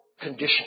condition